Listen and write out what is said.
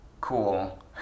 cool